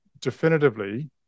definitively